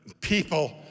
people